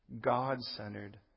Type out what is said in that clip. God-centered